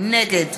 נגד